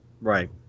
right